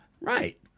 right